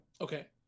Okay